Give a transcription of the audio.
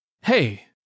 hey